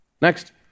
Next